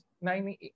nine